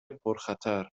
پرخطر